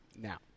now